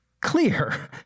clear